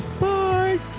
Bye